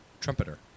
Trumpeter